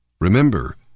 Remember